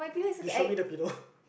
you show me the pillow